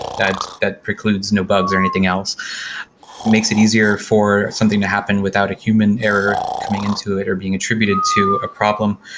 that that precludes no bugs or anything else. it makes it easier for something to happen without a human error coming into it or being attributed to a problem.